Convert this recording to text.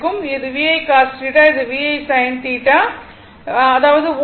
அது VI cos θ இது VI sin θ இருக்கும்